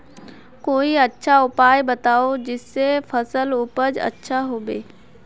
कोई अच्छा उपाय बताऊं जिससे फसल उपज अच्छा होबे